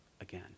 again